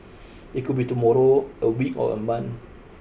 it could be tomorrow a week or a month